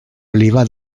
oliva